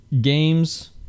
games